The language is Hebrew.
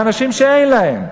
מאנשים שאין להם.